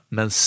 Men